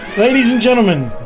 ladies and gentlemen